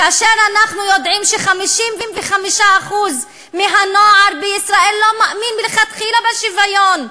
כאשר אנחנו יודעים ש-55% מהנוער בישראל לא מאמין מלכתחילה בשוויון?